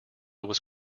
was